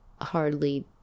hardly